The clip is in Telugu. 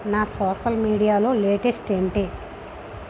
నా సోషల్ మీడియా లో లేటెస్ట్ ఏంటి